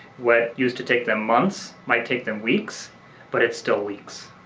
what used to take them months might take them weeks but it's still weeks.